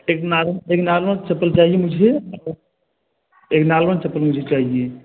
एक नार एक नार्मल चप्पल चाहिए मुझे एक नार्मल चप्पल मुझे चाहिए